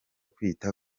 kwita